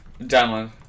Download